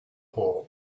hole